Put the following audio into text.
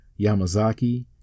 Yamazaki